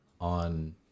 on